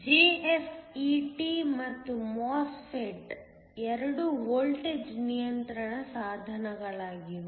JFET ಮತ್ತು MOSFET ಎರಡೂ voltage ನಿಯಂತ್ರಣ ಸಾಧನಗಳಾಗಿವೆ